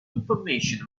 information